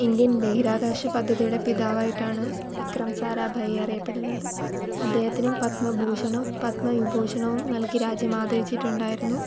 Indian ബഹിരാകാശപദ്ധതിയുടെ പിതാവായിട്ടാണ് വിക്രം സരാഭായെ അറിയപ്പെടുന്നത് അദ്ദേഹത്തിനും പത്മഭൂഷണം പത്മവിഭൂഷണവും നൽകി രാജ്യം ആദരിച്ചിട്ടുണ്ടായിരുന്നു